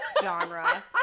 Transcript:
genre